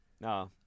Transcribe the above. No